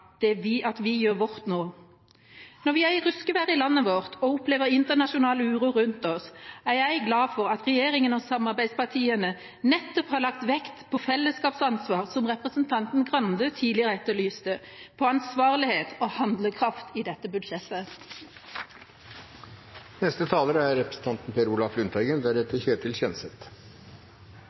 avhengig av at vi gjør vårt nå. Når vi er i ruskevær i landet vårt og opplever internasjonal uro rundt oss, er jeg glad for at regjeringa og samarbeidspartiene nettopp har lagt vekt på fellesskapsansvar, som representanten Skei Grande tidligere etterlyste, og på ansvarlighet og handlekraft i dette budsjettet. Et tryggere arbeidsliv og flere private produksjonsarbeidsplasser i næringer med fornybart råstoff er